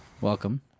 Welcome